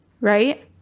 Right